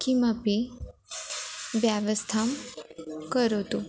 किमपि व्यवस्थां करोतु